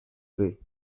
plait